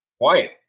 quiet